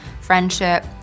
friendship